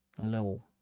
hello